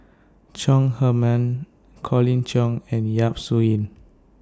Chong Heman Colin Cheong and Yap Su Yin